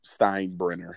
Steinbrenner